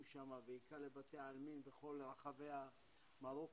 שם בעיקר לבתי העלמין בכל רחבי מרוקו,